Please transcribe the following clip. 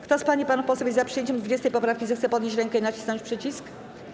Kto z pań i panów posłów jest za przyjęciem 20. poprawki, zechce podnieść rękę i nacisnąć przycisk.